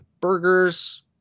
burgers